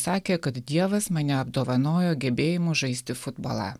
sakė kad dievas mane apdovanojo gebėjimu žaisti futbolą